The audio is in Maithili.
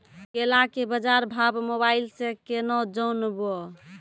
केला के बाजार भाव मोबाइल से के ना जान ब?